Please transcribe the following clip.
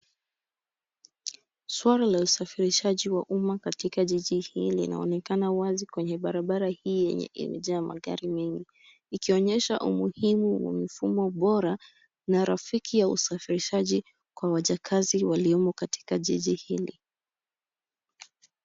Swala la usafirishaji wa umma katika jiji hili linaonekana wazi kwenye barabara hii yenye imejaa magari mengi. Ikionyesha umuhimu wa mifumo bora na rafiki ya usafirishaji kwa wajakazi waliomo katika jiji hili.